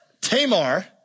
Tamar